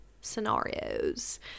scenarios